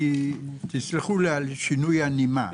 תסלחו לי על שינוי הנימה.